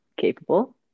capable